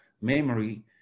memory